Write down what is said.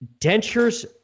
dentures